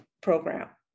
program